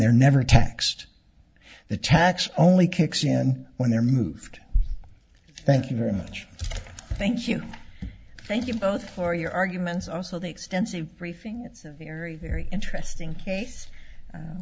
they're never taxed the tax only kicks in when they're moved thank you very much thank you thank you both for your arguments also the extensive briefing very very interesting